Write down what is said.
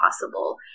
possible